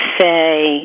say